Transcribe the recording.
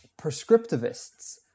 prescriptivists